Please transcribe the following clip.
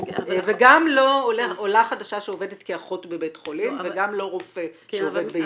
וגם לא עולה חדשה שעובדת כאחות בבית חולים וגם לא רופא שעובד בישראל.